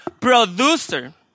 producer